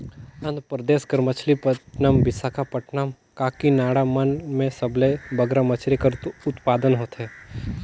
आंध्र परदेस कर मछलीपट्टनम, बिसाखापट्टनम, काकीनाडा मन में सबले बगरा मछरी कर उत्पादन होथे